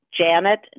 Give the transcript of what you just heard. Janet